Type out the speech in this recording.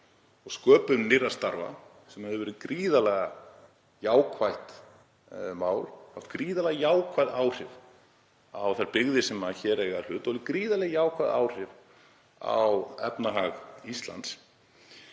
og sköpun nýrra starfa, sem hefur verið gríðarlega jákvætt mál, hefur haft gríðarlega jákvæð áhrif á þær byggðir sem hér eiga í hlut og gríðarleg jákvæð áhrif á efnahag Íslands,